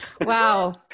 wow